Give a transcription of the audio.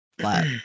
Flat